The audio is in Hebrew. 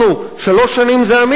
שלוש שנים זה המינימום.